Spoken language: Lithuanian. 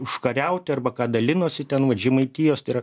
užkariauti arba ką dalinosi ten vat žemaitijos tai yra